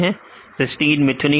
विद्यार्थी सिस्टीन मिथनिन